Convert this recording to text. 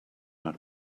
not